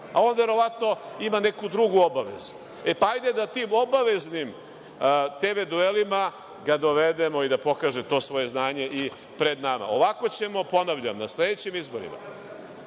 a on verovatno ima neku drugu obavezu. Hajde da tim obaveznim TV duelima ga dovedemo i da pokaže to svoje znanje i pred nama. Ovako ćemo, ponavljam, na sledećim izborima,